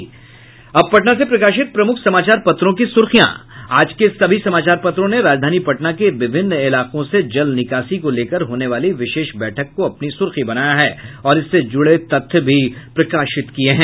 अब पटना से प्रकाशित प्रमुख समाचार पत्रों की सुर्खियां आज के सभी समाचार पत्रों ने राजधानी पटना के विभिन्न इलाकों से जल निकासी को लेकर होने वाली विशेष बैठक को अपनी सुर्खी बनाया है और इससे जुड़े तथ्य भी प्रकाशित किये हैं